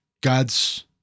God's